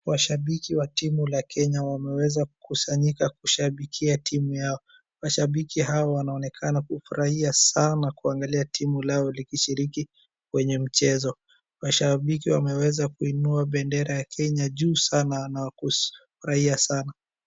washabiki wa timu ya Kenya wamewweza kukusanyika kusabikia timu yao. Mashabiki hao wanaonekana kufurahia sana kuangalia timu lao likishiriki kwenye mchezo. Mashabiki wanaweza kuinua bendera ya kenya juu sana na kufurahia sana.